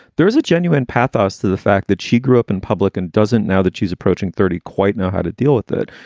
there is a genuine pathos to the fact that she grew up in public and doesn't now that she's approaching thirty, quite know how to deal with it.